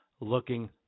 looking